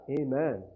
Amen